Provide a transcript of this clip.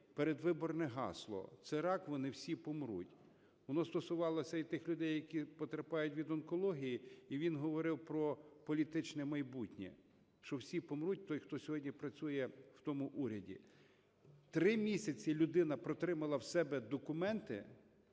передвиборне гасло: "Це рак, вони всі помруть". Воно стосувалося і тих людей, які потерпають від онкології. І він говорив про політичне майбутнє, що всі помруть, той, хто сьогодні працює в тому уряді. Три місяці людина протримала в себе документи